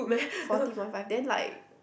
forty point five then like